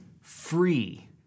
free